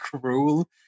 cruel